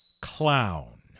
clown